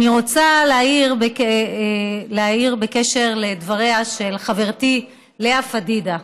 אני רוצה להעיר בקשר לדבריה של חברתי לאה פדידה.